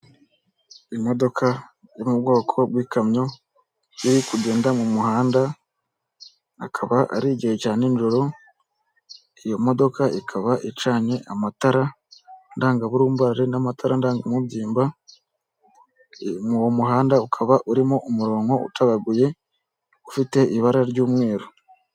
Imodoka yo mu bwoko bw'ikamyo, iri kugenda mu muhanda, akaba ari igihe cya nijoro, iyi modoka ikaba icanye amatara ndangaburumbarare n'amatara ndangamubyimba, uwo muhanda ukaba urimo umurongo ucagaguye ufite ibara ry'umweru.